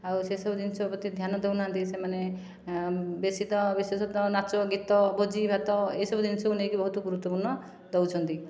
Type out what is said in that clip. ଆଉ ସେସବୁ ଜିନିଷ ପ୍ରତି ଧ୍ୟାନ ଦେଉନାହାନ୍ତି ସେମାନେ ବେଶି ତ ବିଶେଷତ୍ଵ ନାଚ ଗୀତ ଭୋଜି ଭାତ ଏହିସବୁ ଜିନିଷକୁ ନେଇକି ବହୁତ ଗୁରୁତ୍ଵପୂର୍ଣ୍ଣ ଦେଉଛନ୍ତି